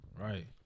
Right